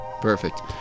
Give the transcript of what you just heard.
perfect